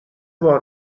بار